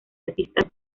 artistas